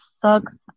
sucks